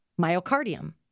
myocardium